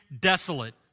desolate